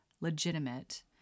legitimate